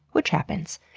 which happens.